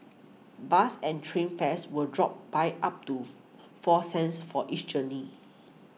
bus and train fares will drop by up to four cents for each journey